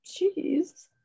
Jeez